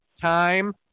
time